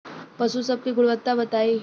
पशु सब के गुणवत्ता बताई?